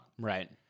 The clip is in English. Right